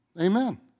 Amen